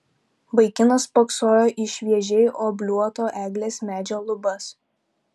vaikinas spoksojo į šviežiai obliuoto eglės medžio lubas